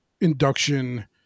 induction